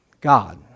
God